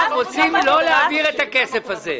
זה התוספת.